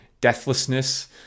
deathlessness